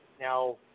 Now